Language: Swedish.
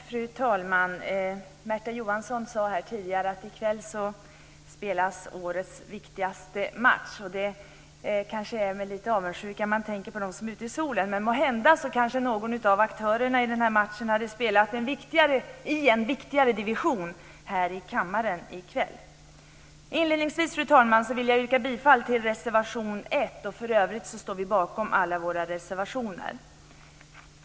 Fru talman! Märta Johansson sade tidigare att årets viktigaste match spelas i kväll. Det kanske är med lite avundsjuka man tänker på dem som är ute i solen. Måhända någon av aktörerna i matchen hade spelat i en viktigare division här i kammaren i kväll. Fru talman! Inledningsvis vill jag yrka bifall till reservation 1. För övrigt står vi bakom alla våra reservationer.